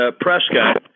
Prescott